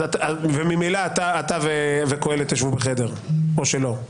וממילא אתה וקהלת תשבו בחדר או שלא?